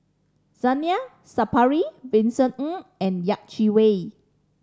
Zainal Sapari Vincent Ng and Yeh Chi Wei